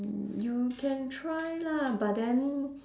mm you can try lah but then